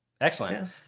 Excellent